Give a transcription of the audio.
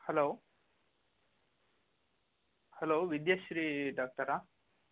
hello hello Vidyashree ಡಾಕ್ಟರಾ